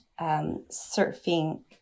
surfing